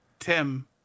tim